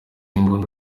imbunda